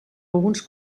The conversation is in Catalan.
alguns